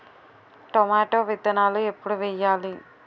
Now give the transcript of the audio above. Tomato విత్తనాలు ఎప్పుడు వెయ్యాలి?